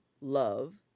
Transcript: love